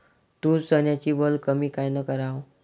तूर, चन्याची वल कमी कायनं कराव?